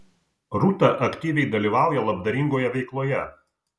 rūta aktyviai dalyvauja labdaringoje veikloje